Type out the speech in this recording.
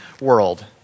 World